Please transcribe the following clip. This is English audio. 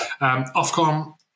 Ofcom